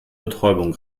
betäubung